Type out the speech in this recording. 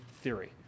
theory